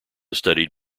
studied